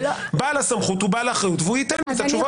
בעל הסמכות הוא בעל האחריות והוא ייתן לי את התשובות.